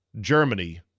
Germany